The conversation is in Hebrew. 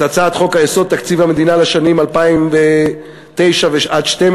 את הצעת חוק-יסוד: תקציב המדינה לשנים 2009 עד 2012